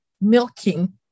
milking